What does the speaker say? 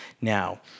Now